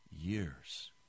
years